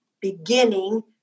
beginning